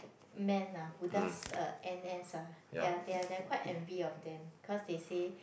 man ah who does uh n_s ah they are they are they are quite envy of them cause they say